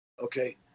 Okay